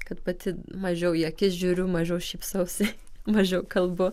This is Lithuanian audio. kad pati mažiau į akis žiūriu mažiau šypsausi mažiau kalbu